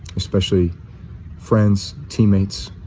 especially friends, teammates.